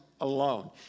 alone